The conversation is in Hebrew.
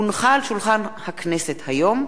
והונחה על שולחן הכנסת היום,